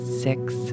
six